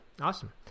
awesome